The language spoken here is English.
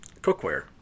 cookware